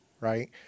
right